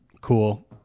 cool